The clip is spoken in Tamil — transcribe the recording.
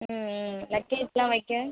ம் ம் லக்கேஜ்லாம் வைக்க